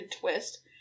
twist